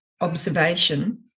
observation